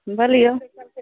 बोलिऔ